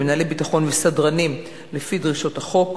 מנהלי ביטחון וסדרנים לפי דרישות החוק.